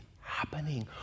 happening